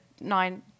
nine